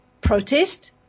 Protest